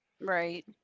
Right